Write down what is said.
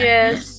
Yes